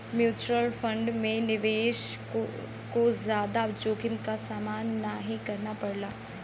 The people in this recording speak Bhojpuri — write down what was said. म्यूच्यूअल फण्ड में निवेशक को जादा जोखिम क सामना नाहीं करना पड़ला